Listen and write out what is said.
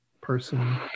person